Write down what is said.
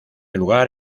lugar